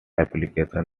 application